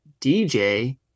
DJ